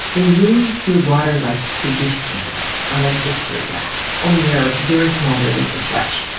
they move through water like figure skaters on a victory lap. only they're very small ribbons of flesh.